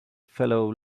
fellow